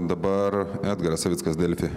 dabar edgaras savickas delfi